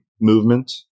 movement